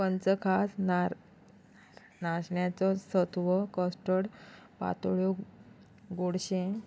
पंचखाद नार नाशण्याचो सत्व कर्टर्ड पातोळ्यो गोडशें